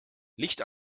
licht